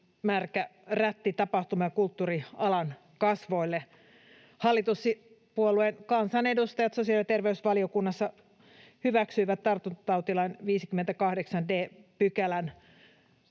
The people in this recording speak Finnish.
märkä rätti tapahtuma- ja kulttuurialan kasvoille. Hallituspuoluekansanedustajat sosiaali- ja terveysvaliokunnassa hyväksyivät tartuntatautilain 58 d §:n